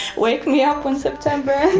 wake me up when september